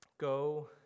Go